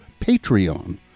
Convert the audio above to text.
Patreon